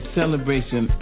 celebration